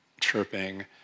chirping